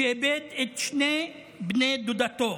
שאיבד את שני בני דודתו,